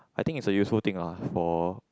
I think it's a useful thing lah for